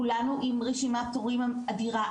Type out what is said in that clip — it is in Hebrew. כולנו עם רשימת תורים אדירה,